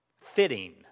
fitting